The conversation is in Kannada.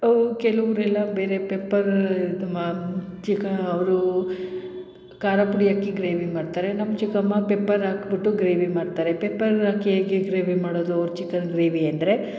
ಅವು ಕೆಲವ್ರು ಎಲ್ಲ ಬೇರೆ ಪೆಪ್ಪರ್ ಇದು ಮಾ ಚಿಕಾ ಅವರು ಖಾರ ಪುಡಿ ಹಾಕಿ ಗ್ರೇವಿ ಮಾಡ್ತಾರೆ ನಮ್ಮ ಚಿಕ್ಕಮ್ಮ ಪೆಪ್ಪರ್ ಹಾಕಿಬಿಟ್ಟು ಗ್ರೇವಿ ಮಾಡ್ತಾರೆ ಪೆಪ್ಪರ್ ಹಾಕಿ ಹೇಗೆ ಗ್ರೇವಿ ಮಾಡೋದು ಅವ್ರು ಚಿಕನ್ ಗ್ರೇವಿ ಅಂದರೆ